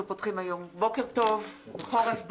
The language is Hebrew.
בוקר טוב, חורף בריא,